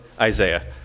Isaiah